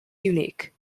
unique